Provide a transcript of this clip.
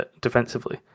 defensively